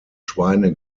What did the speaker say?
schweine